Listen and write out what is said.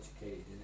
educated